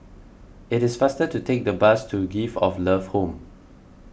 it is faster to take the bus to Gift of Love Home